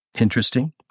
Interesting